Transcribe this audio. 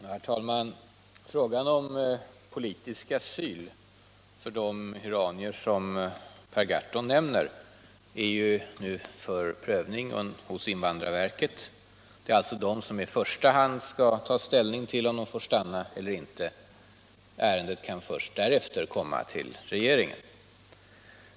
Herr talman! Frågan om politisk asyl för de iranier som Per Gahrton nämner är nu föremål för prövning hos invandrarverket. Det är alltså verket som i första hand skall ta ställning till om de får stanna eller inte. Ärendet kan först därefter komma till regeringen.